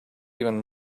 even